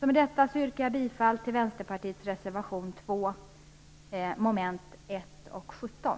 Med detta yrkar jag bifall till Vänsterpartiets reservation 2 mom. 1 och 17.